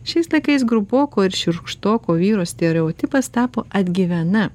šiais laikais grubokų ir šiurkštoko vyro stereotipas tapo atgyvena